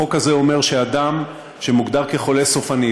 החוק הזה אומר שאדם שמוגדר כחולה סופני,